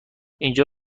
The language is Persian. اینجا